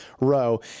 row